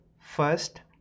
first